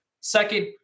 Second